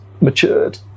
matured